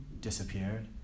disappeared